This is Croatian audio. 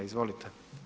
Izvolite.